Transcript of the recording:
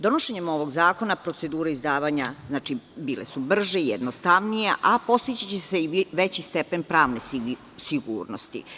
Donošenjem ovog zakona procedure izdavanja bile su brže i jednostavnije, a postići će se i veći stepen pravne sigurnosti.